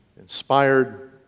inspired